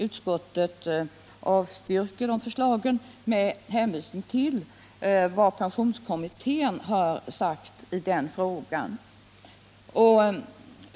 Utskottet gör det med hänvisning till vad pensionskommittén har sagt i den frågan.